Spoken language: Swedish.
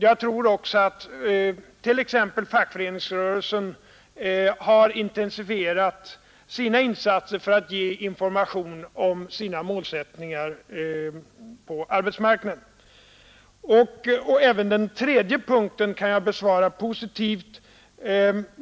Jag tror också att t.ex. fackföreningsrörelsen har intensifierat sina insatser för att ge information om sina malsättningar på arbetsmarknaden. Även den tredje frågan kan jag besvara positivt.